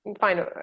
fine